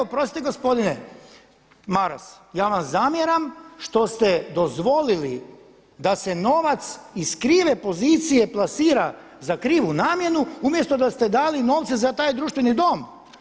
Oprostite gospodine Maras, ja vam zamjeram što ste dozvolili da se novac iz krive pozicije plasira za krivu namjenu umjesto da ste dali novce za taj društveni dom.